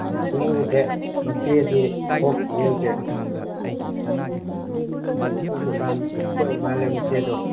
battery ꯎꯗꯦ ꯃꯆꯦꯗꯤ ꯊꯣꯛꯈꯤꯌꯦ ꯍꯧꯖꯤꯛ ꯃꯣꯏ ꯗꯨꯀꯥꯟ ꯊꯣꯛꯏ ꯃꯥꯜꯂꯦ ꯃꯆꯦꯗꯣ